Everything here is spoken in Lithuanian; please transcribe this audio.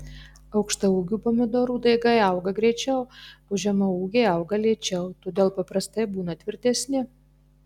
aukštaūgių pomidorų daigai auga greičiau o žemaūgiai auga lėčiau todėl paprastai būna tvirtesni